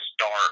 start